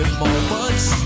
moments